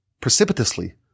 precipitously